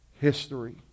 history